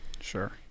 sure